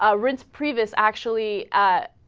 ah rinse previous actually ah.